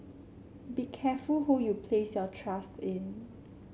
be careful who you place your trust in